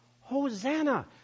Hosanna